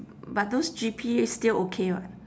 but those G_P still okay [what]